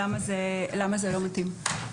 למה זה לא מתאים.